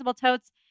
totes